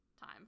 Time